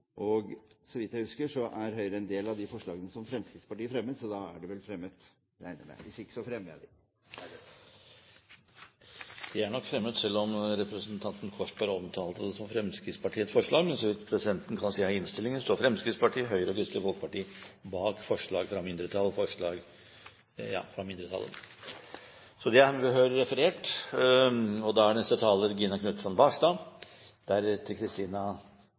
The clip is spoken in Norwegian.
Så vidt jeg husker, er Høyre med på forslaget som Fremskrittspartiet fremmet, så da er det vel fremmet, regner jeg med. Det er nok fremmet, selv om representanten Korsberg omtalte det som Fremskrittspartiets forslag. Men så vidt presidenten kan se av innstillingen, står Fremskrittspartiet, Høyre og Kristelig Folkeparti bak forslaget fra mindretallet – så det er behørig tatt opp. Regjeringspartiene står samlet i denne saken, og